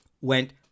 went